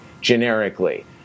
generically